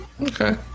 Okay